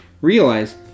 Realize